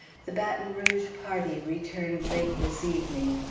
the baton rouge party returned late this evening.